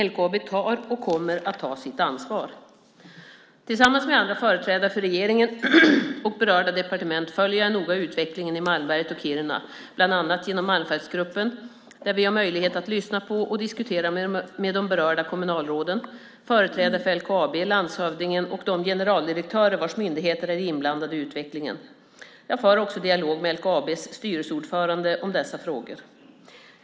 LKAB tar och kommer att ta sitt ansvar. Tillsammans med andra företrädare för regeringen och berörda departement följer jag noga utvecklingen i Malmberget och Kiruna bland annat genom Malmfältsgruppen där vi har möjlighet att lyssna på och diskutera med de berörda kommunalråden, företrädare för LKAB, landshövdingen och de generaldirektörer vilkas myndigheter är inblandade i utvecklingen. Jag för också dialog med LKAB:s styrelseordförande om dessa frågor.